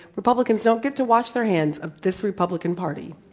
republicans don't get to wash their hands of this republican party.